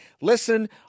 listen